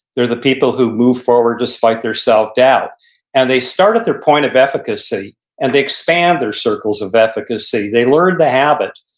they're the people who move forward despite their self-doubt and they start at their point of efficacy and they expand their circles of efficacy. they learned the habit.